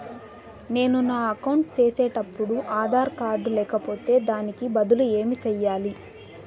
నేను నా అకౌంట్ సేసేటప్పుడు ఆధార్ కార్డు లేకపోతే దానికి బదులు ఏమి సెయ్యాలి?